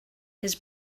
his